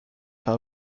how